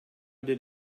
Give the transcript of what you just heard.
did